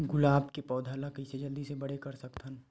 गुलाब के पौधा ल कइसे जल्दी से बड़े कर सकथन?